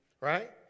Right